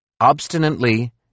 Obstinately